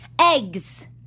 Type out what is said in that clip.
Eggs